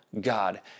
God